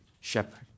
shepherd